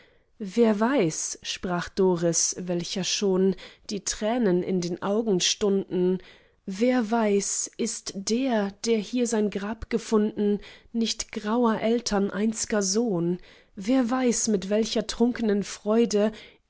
wer weiß sprach doris welcher schon die tränen in den augen stunden wer weiß ist der der hier sein grab gefunden nicht grauer eltern einzger sohn wer weiß mit welcher trunknen freude